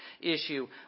issue